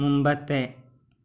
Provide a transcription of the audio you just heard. മുൻപത്തെ